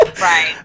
Right